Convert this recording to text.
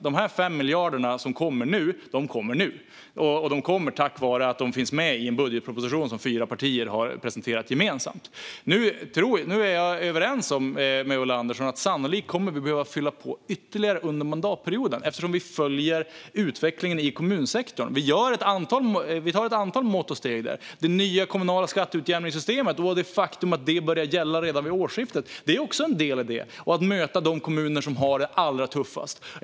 De 5 miljarderna kommer nu. Och de kommer tack vare att de finns med i en budgetproposition som fyra partier har presenterat gemensamt. Jag håller med Ulla Andersson om att vi sannolikt kommer att behöva fylla på ytterligare under mandatperioden. Vi följer utvecklingen i kommunsektorn och vidtar ett antal mått och steg. Det nya kommunala skatteutjämningssystemet och det faktum att det börjar gälla redan vid årsskiftet är också en del av det. Det handlar om att möta de kommuner som har det allra tuffast.